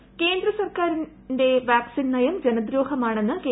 C കേന്ദ്ര സർക്കാരിന്റെ vaccine നിയും ജനദ്രോഹമാണെന്ന് കെ